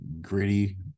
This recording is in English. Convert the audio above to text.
gritty